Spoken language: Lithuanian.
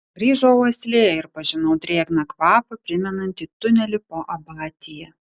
grįžo uoslė ir pažinau drėgną kvapą primenantį tunelį po abatija